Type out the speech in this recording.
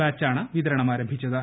ബാച്ചാണ് വിതരണമാരംഭിച്ചത്